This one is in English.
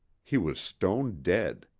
he was stone dead.